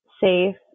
safe